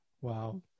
wow